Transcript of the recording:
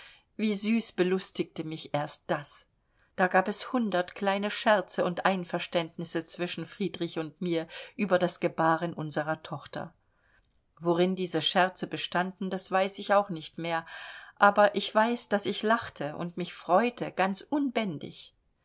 wie süß belustigte mich erst das da gab es hundert kleine scherze und einverständnisse zwischen friedrich und mir über das gebahren unserer tochter worin diese scherze bestanden das weiß ich auch nicht mehr aber ich weiß daß ich lachte und mich freute ganz unbändig